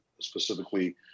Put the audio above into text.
specifically